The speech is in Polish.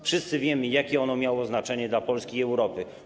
Wszyscy wiemy, jakie ono miało znaczenie dla Polski i Europy.